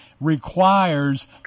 requires